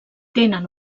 tenen